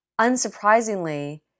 unsurprisingly